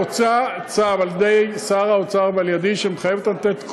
והוצא צו על-ידי שר האוצר ועל-ידי שמחייב אותם לתת את